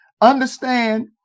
Understand